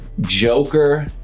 joker